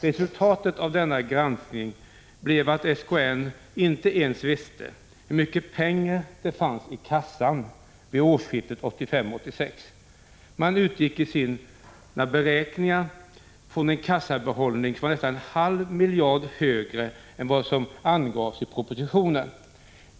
Resultatet av denna granskning blev att SKN inte ens visste hur mycket pengar det fanns i kassan vid årsskiftet 1985-1986. Man utgick i sina beräkningar från en kassabehållning som var nästan en halv miljard högre än vad som sedan angavs i propositionen.